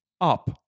up